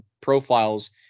profiles